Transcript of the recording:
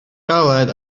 galed